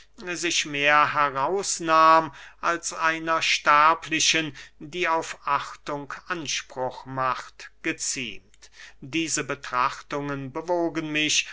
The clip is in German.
sich mehr herausnahm als einer sterblichen die auf achtung anspruch macht geziemt diese betrachtungen bewogen mich